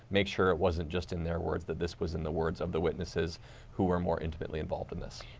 make sure it was not just in their words, that this was in the words of the witnesses who are more intimately involved in this.